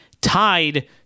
tied